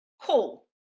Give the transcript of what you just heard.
Cool